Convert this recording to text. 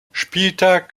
spieltag